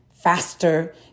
faster